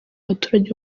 abaturage